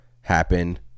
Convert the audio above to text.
happen